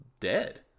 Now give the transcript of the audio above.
dead